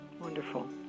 wonderful